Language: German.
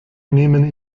nehmen